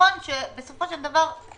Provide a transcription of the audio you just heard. נכון שבסופו של דבר חלק